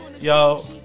Yo